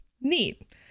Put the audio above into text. neat